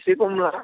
एसे खम ला